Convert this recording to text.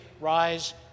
rise